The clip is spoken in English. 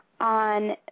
on